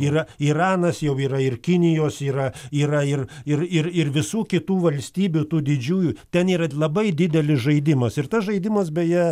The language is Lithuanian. yra iranas jau yra ir kinijos yra yra ir ir ir ir visų kitų valstybių tų didžiųjų ten yra labai didelis žaidimas ir tas žaidimas beje